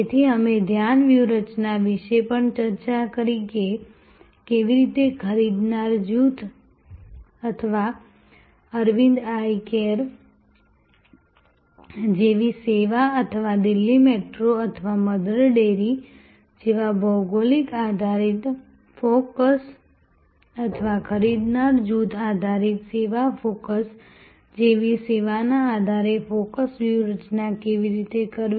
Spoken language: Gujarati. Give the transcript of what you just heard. તેથી અમે ધ્યાન વ્યૂહરચના વિશે પણ ચર્ચા કરી કે કેવી રીતે ખરીદનાર જૂથ અથવા અરવિંદ આઈ કેર જેવી સેવા અથવા દિલ્હી મેટ્રો અથવા મધર ડેરી જેવા ભૌગોલિક આધારિત ફોકસ અથવા ખરીદનાર જૂથ આધારિત સેવા ફોકસ જેવી સેવાના આધારે ફોકસ વ્યૂહરચના કેવી રીતે કરવી